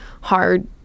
hard